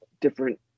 different